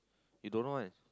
you don't know one